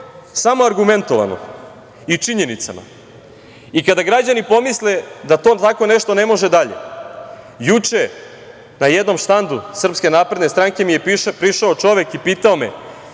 samo argumentovano i činjenicama. I kada građani pomisle da to tako nešto ne može dalje, juče na jednom štandu SNS-a mi je prišao čovek i pitao me